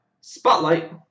Spotlight